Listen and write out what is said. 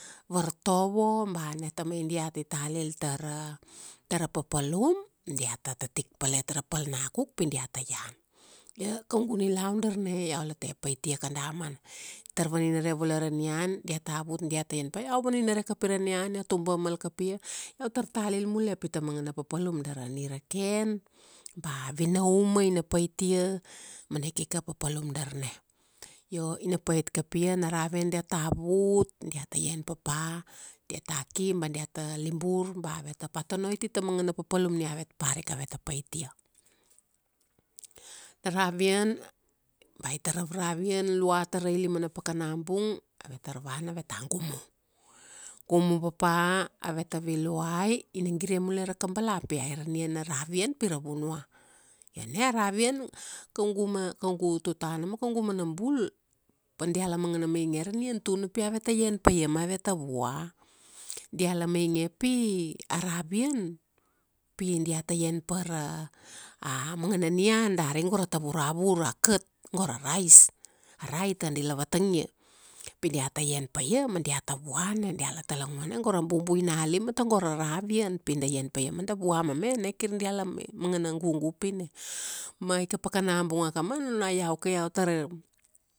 vartovo ba na tamai diat i talil tara, tara papalum, diata tatik palet ra palna kuk pi diata ian. Ia kaugu nilaun darna ia iau la te pait ia ka damana. Tar vaninare value ra nian, diata vut diata ian pa iau vaninare kapi ra nian iau tuba mal kapia, iau tar talil mule pi ta mangana papalum dara nireken, ba a vinauma, ina pait ia, mana ikika papalum darna. Io, ina pait kapia, na ravian diata vut, diata ian papa, diata ki ba diata libur ba aveta patonoi tai ta mangana papalum ni avet parika aveta pait ia. Na ravia, ba itar ravravian lua tara ilima na pakana bung, avetar vana aveta gumu. Gumu papa, aveta viluai, ina gire mule ra kabala pi ai ra nian na ravian pi ra vunua. Io na a ravian, kaugu ma, kaugu tutana ma kaugu mana bul, pa dia la mangana mainge ra nian tuna pi aveta ian paia ma aveta vua. Dia la mainge pi, a ravian, pi diata ian pa ra, a mangana nian dari go ra tavuravura. A kat, go ra rice. A raita dila vatangia. Pi diata ian paia ma diata vua na. Dia la talanguane go ra bubui na lima tago ra ravian pi da ian paia ma a vua mame na kir diala mai, mangana gugu upi na. Ma aika pakana bung akaman ona iau ke iau tara